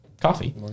coffee